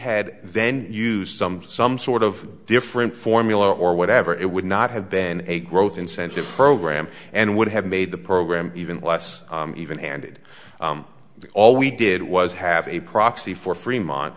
had then used some some sort of different formula or whatever it would not have been a growth incentive program and would have made the program even less even handed all we did was have a proxy for fremont